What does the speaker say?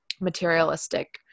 materialistic